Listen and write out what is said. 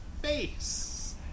face